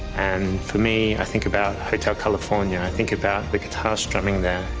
and for me i think about hotel california, i think about the guitar strumming there,